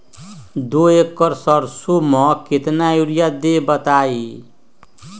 दो एकड़ सरसो म केतना यूरिया देब बताई?